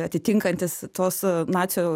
atitinkantis tos nacių